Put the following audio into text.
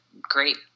great